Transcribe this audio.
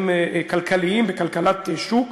כלכליים, בכלכלת שוק,